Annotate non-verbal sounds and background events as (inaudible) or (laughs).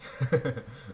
(laughs)